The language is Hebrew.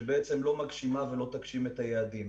שלא יגשימו את היעדים.